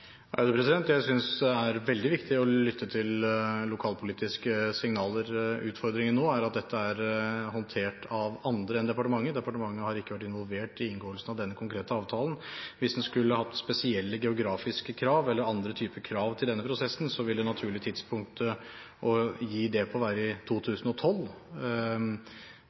lokalpolitiske signaler. Utfordringen nå er at dette er håndtert av andre enn departementet. Departementet har ikke vært involvert ved inngåelsen av denne konkrete avtalen. Hvis en skulle stilt spesielle geografiske krav eller andre typer krav til denne prosessen, ville det naturlige tidspunktet å stille det på vært i 2012.